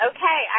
Okay